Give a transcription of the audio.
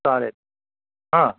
चालेल हां